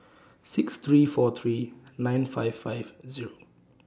six three four three nine five five Zero